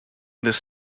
this